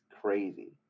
crazy